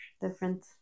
different